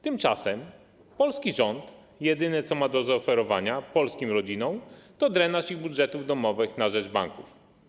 Tymczasem polski rząd jedyne co ma do zaoferowania polskim rodzinom, to drenaż ich budżetów domowych na rzecz banków.